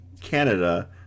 Canada